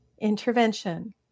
Intervention